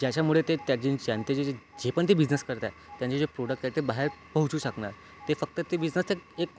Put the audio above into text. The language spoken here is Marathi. ज्याच्यामुळे ते त्यांचं जे जे पण ते बिजिनेस करताय त्यांचे जे प्रोडक्ट आहे ते बाहेर पोहोचवू शकणार ते फक्त ते बिजनेस एक